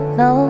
no